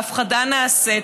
וההפחדה נעשית.